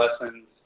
lessons